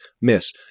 miss